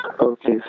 Okay